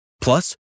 Plus